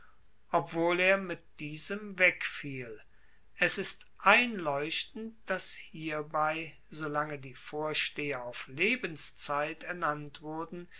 obwohl er mit diesem wegfiel es ist einleuchtend dass hierbei solange die vorsteher auf lebenszeit ernannt wurden